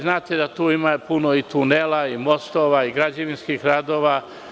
Znate da tu ima puno tunela i mostova i građevinskih radova.